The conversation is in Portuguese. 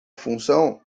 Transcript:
função